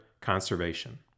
conservation